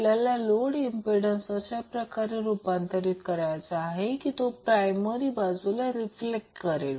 आपल्याला load impedance अशा प्रकारे रूपांतर करायचा आहे की तो प्रायमरी बाजूला रिफ्लेक्ट करेल